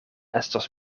estos